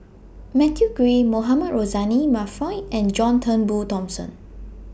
Matthew Ngui Mohamed Rozani Maarof and John Turnbull Thomson